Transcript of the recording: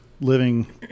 living